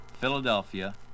Philadelphia